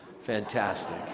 fantastic